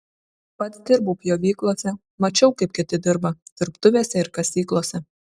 pats dirbau pjovyklose mačiau kaip kiti dirba dirbtuvėse ir kasyklose